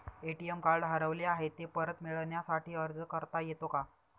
ATM card हरवले आहे, ते परत मिळण्यासाठी अर्ज करता येतो का?